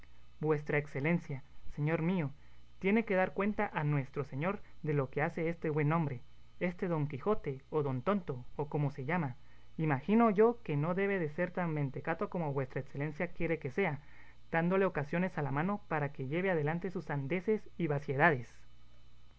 vuestra excelencia señor mío tiene que dar cuenta a nuestro señor de lo que hace este buen hombre este don quijote o don tonto o como se llama imagino yo que no debe de ser tan mentecato como vuestra excelencia quiere que sea dándole ocasiones a la mano para que lleve adelante sus sandeces y vaciedades